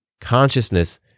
Consciousness